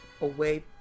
away